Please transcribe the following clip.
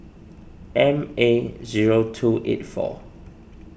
M A zero two eight four